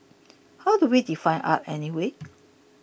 how do we define art anyway